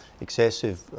excessive